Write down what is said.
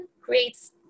creates